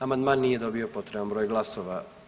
Amandman nije dobio potreban broj glasova.